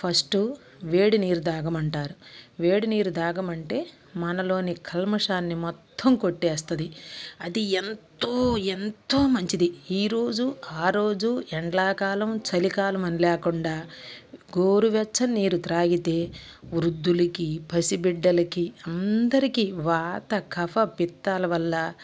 first వేడి నీరు త్రాగమంటారు వేడి నీరు తాగమంటే మనలోని కల్మశాన్ని మొత్తం కొట్టేస్తుంది అది ఎంతో ఎంతో మంచిది ఈ రోజు ఆ రోజు ఎండాకాలం చలికాలం అని లేకుండా గోరువెచ్చని నీరు త్రాగితే వృద్ధులికి పసి బిడ్డలకి అందరికీ వాత కఫ పిత్తాల వల్ల